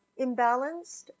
imbalanced